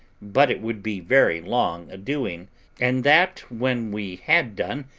but it would be very long a-doing and that, when we had done,